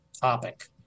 topic